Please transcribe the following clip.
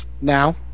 Now